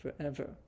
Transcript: forever